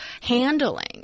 handling